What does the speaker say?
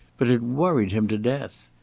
but it worried him to death.